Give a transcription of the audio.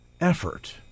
effort